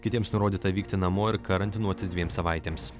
kitiems nurodyta vykti namo ir karantinuotis dviem savaitėms